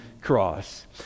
cross